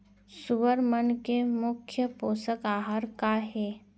सुअर मन के मुख्य पोसक आहार का हे?